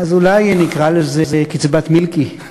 אז אולי נקרא לזה "קצבת מילקי",